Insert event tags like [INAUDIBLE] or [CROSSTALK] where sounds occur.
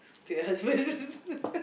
to your husband [LAUGHS]